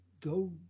go